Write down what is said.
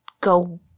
go